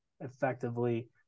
effectively